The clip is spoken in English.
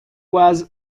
was